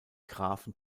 grafen